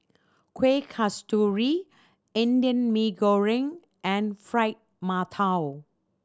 Kueh Kasturi Indian Mee Goreng and Fried Mantou